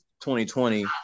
2020